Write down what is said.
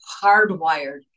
hardwired